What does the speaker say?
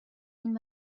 این